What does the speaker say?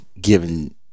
given